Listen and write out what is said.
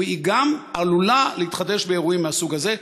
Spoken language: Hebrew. היא גם עלולה להתחדש באירועים מהסוג הזה,